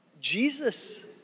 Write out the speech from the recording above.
Jesus